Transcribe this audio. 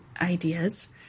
ideas